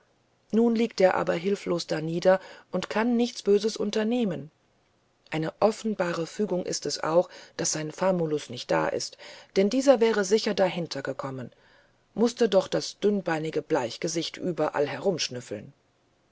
nun liegt er aber hilflos darnieder und kann nichts böses unternehmen eine offenbare fügung ist es auch daß sein famulus nicht da ist denn dieser wäre sicher dahinter gekommen mußte doch das dünnbeinige bleichgesicht überall